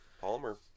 Palmer